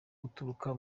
uturuka